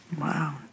Wow